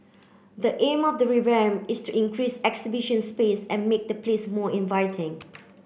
the aim of the revamp is to increase exhibition space and make the place more inviting